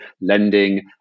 lending